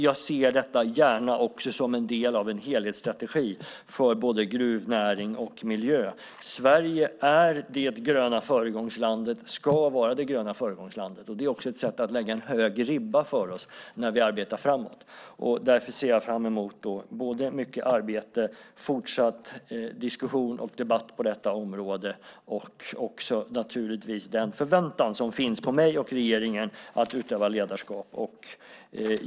Jag ser detta gärna också som en del av en helhetsstrategi för både gruvnäring och miljö. Sverige ska vara det gröna föregångslandet, och det är ett sätt att lägga en hög ribba för oss när vi arbetar framåt. Därför ser jag fram emot både mycket arbete, fortsatt diskussion och debatt på detta område och naturligtvis också den förväntan som finns på mig och regeringen att utöva ledarskap.